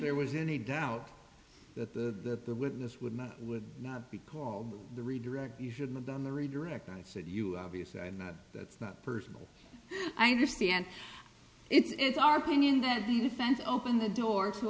there was any doubt that the that the witness would not would not be called the redirect you should have done the redirect i said you obviously i'm not that's not personal i'm just the and it's our opinion that the defense opened the door to